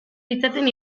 ditzaten